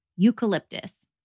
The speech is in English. eucalyptus